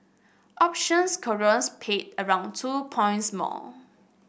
options cargoes paid around two points more